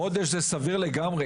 חודש זה סביר לגמרי.